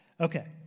Okay